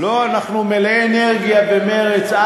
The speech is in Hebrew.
לא, אנחנו מלאי אנרגיה ומרץ.